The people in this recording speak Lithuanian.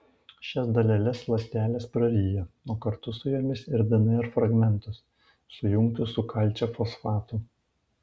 šias daleles ląstelės praryja o kartu su jomis ir dnr fragmentus sujungtus su kalcio fosfatu